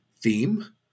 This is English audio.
theme